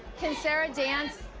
can sarah dance?